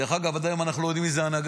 דרך אגב, עד היום אנחנו לא יודעים מי זה הנגד.